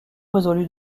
résolut